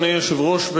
אדוני היושב-ראש,